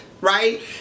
right